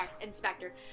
inspector